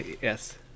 yes